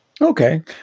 Okay